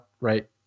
right